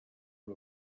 who